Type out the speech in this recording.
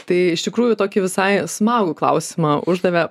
tai iš tikrųjų tokį visai smagų klausimą uždavė